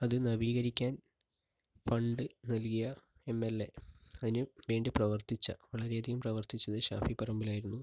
അത് നവീകരിക്കാൻ ഫണ്ട് നൽകിയ എം എൽ എ അതിനുവേണ്ടി പ്രവർത്തിച്ച വളരെയധികം പ്രവർത്തിച്ചത് ഷാഫി പറമ്പിൽ ആയിരുന്നു